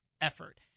effort